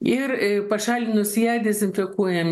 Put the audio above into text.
ir pašalinus ją dezinfekuojam